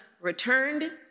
returned